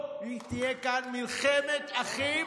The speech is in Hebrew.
לא תהיה כאן מלחמת אחים,